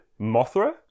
Mothra